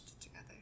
together